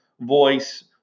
voice